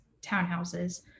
townhouses